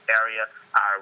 area